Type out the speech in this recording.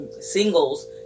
singles